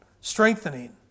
strengthening